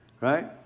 Right